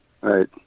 Right